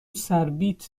سربیت